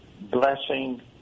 blessing